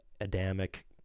Adamic